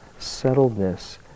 settledness